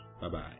Bye-bye